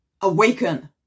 Awaken